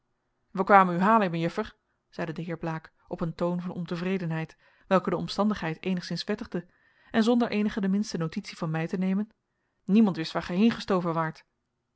wij kwamen u halen mejuffer zeide de heer blaek op een toon van ontevredenheid welken de omstandigheid eenigszins wettigde en zonder eenige de minste notitie van mij te nemen niemand wist waar gij heengestoven waart